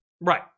right